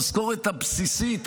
המשכורת הבסיסית,